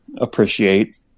appreciate